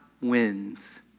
wins